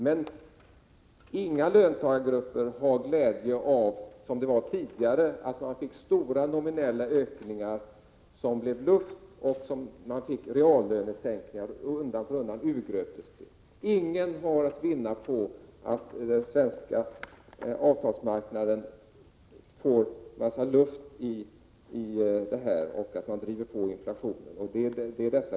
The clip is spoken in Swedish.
Men inga löntagargrupper har glädje av — som det var tidigare — stora nominella löneökningar som visar sig vara luft, som urgröps och medför reallönesänkning. Ingen har något att vinna på att den svenska avtalsmarknaden driver på inflationen.